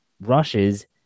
rushes